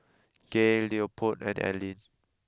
Gaye Leopold and Aleen